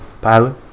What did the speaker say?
Pilot